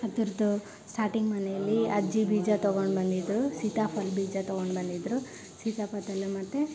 ಅದ್ರದ್ದು ಸ್ಟಾರ್ಟಿಂಗ್ ಮನೆಯಲ್ಲಿ ಅಜ್ಜಿ ಬೀಜ ತೊಗೊಂಡು ಬಂದಿದ್ದರು ಸೀತಾಫಲ ಬೀಜ ತಗೊಂಡು ಬಂದಿದ್ದರು ಸೀತಾಫತಲು ಮತ್ತು